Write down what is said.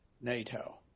NATO